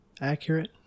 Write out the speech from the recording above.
accurate